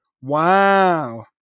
Wow